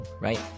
right